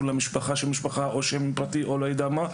לשם משפחה או שם פרטי או לא יודע מה,